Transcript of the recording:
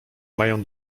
mają